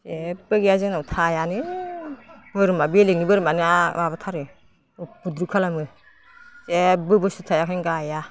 जेबो गैया जोंनाव थायानो बोरमा बेलेगनि बोरमायानो माबाथारो उफुद्रुख खालामो जेब्बो बुस्थु थाया ओंखायनो गाया